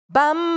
Bam